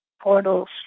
portals